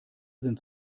sind